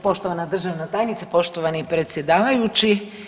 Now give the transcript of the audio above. Poštovana državna tajnice, poštovani predsjedavajući.